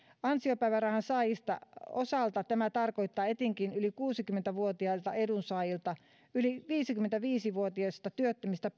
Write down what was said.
ansiopäivärahan saajien osalta tämä tarkoittaa etenkin yli kuusikymmentä vuotiailta etuudensaajilta yli viisikymmentäviisi vuotiaista työttömistä